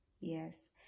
Yes